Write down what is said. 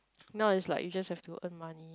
now is like you just have to earn money